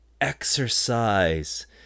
exercise